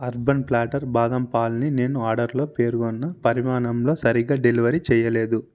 urban Platter బాదం పాలుని నేను ఆర్డర్లో పేర్కొన్న పరిమాణంలో సరిగ్గా డెలివరి చెయ్యలేదు